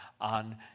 on